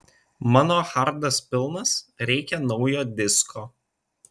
mano hardas pilnas reikia naujo disko